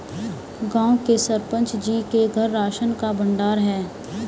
गांव के सरपंच जी के घर राशन का भंडार है